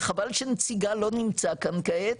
וחבל שנציגה לא נמצא כאן כעת,